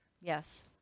Yes